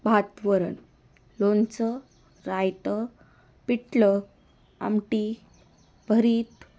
भात वरण लोणचं रायतं पिठलं आमटी भरीत